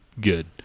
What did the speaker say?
good